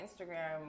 Instagram